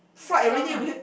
not chiong ah